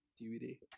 DVD